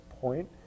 point